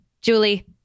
Julie